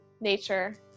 nature